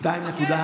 המפקד.